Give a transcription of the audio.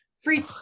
free